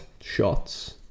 shots